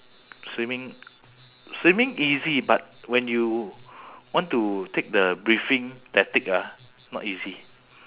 swimming swimming easy but when you want to take the breathing tactic ah not easy